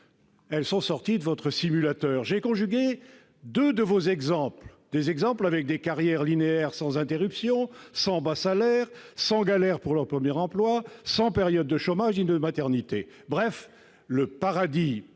erreur -, sortis de votre simulateur. J'ai conjugué deux de vos exemples avec des carrières linéaires sans interruption, sans bas salaires, sans galères pour le premier emploi, sans période de chômage ni de maternité ; bref, le paradis